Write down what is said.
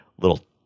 little